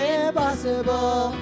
impossible